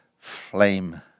flame